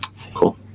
Cool